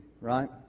right